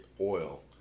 oil